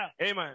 Amen